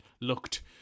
looked